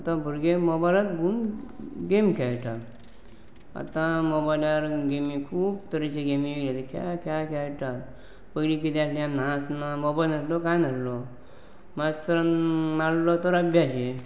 आतां भुरगे मोबायलांत गुंग गेम खेळटा आतां मोबायलार गेमी खूब तरेची गेमी खेळ खेळ खेळटा पयलीं किदें आसलें नासना मोबायल नासलो कांय नासलो मास्तरान मारलो तर अभ्यास येयी